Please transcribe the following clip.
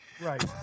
Right